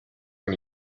con